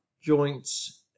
joints